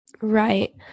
Right